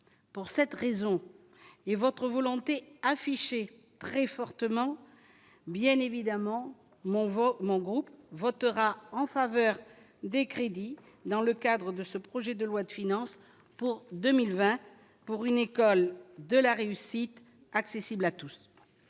pour cette raison et votre volonté affichée très fortement, bien évidemment, mon veau mon groupe votera en faveur des crédits dans le cadre de ce projet de loi de finances pour 2020 pour une école de la réussite, accessible à tous.